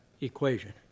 equation